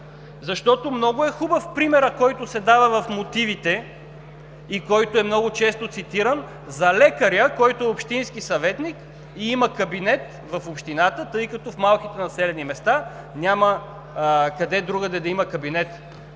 Защото много е хубав примерът, който се дава в мотивите и много често е цитиран – за лекаря, който е общински съветник, и има кабинет в общината, тъй като в малките населени места няма къде другаде да има кабинет.